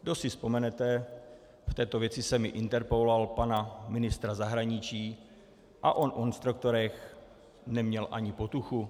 Kdo si vzpomenete, v této věci jsem i interpeloval pana ministra zahraničí, a on o instruktorech neměl ani potuchu.